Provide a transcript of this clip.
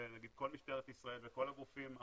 וכל משטרת ישראל וכל הגופים המוסדיים,